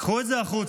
קחו את זה החוצה.